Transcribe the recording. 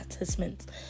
assessment